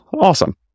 Awesome